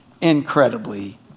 incredibly